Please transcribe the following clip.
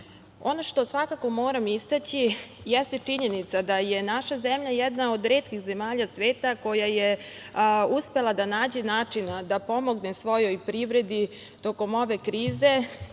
što svakako moram istaći jeste činjenica da je naša zemlja jedna od retkih zemalja sveta koja je uspela da nađe način da pomogne svojoj privredi tokom ove krize